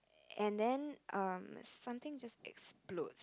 and then um somethings just explodes